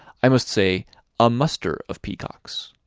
i must say a muster of peacocks.